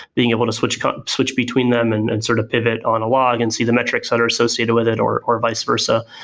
being able to switch kind of switch between them and and sort of pivot on a log and see the metrics that are associated with it or or vice versa.